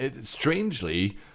strangely